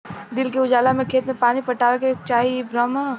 दिन के उजाला में खेत में पानी पटावे के चाही इ भ्रम ह